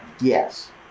Yes